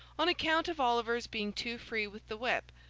on account of oliver's being too free with the whip,